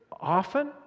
often